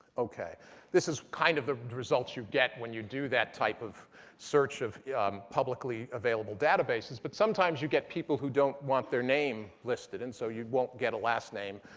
this is kind of the results you get when you do that type of search of publicly available databases. but sometimes you get people who don't want their name listed. and so you won't get a last name.